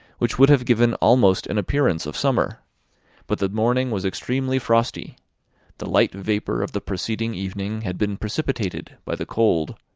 which would have given almost an appearance of summer but the morning was extremely frosty the light vapour of the preceding evening had been precipitated by the cold,